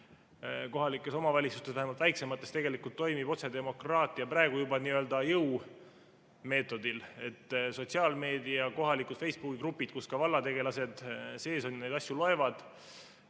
Kohalikes omavalitsustes, vähemalt väiksemates, tegelikult toimib otsedemokraatia praegu n‑ö jõumeetodil. Sotsiaalmeedias, kohalikus Facebooki grupis, kus ka vallategelased sees on, neid asju loevad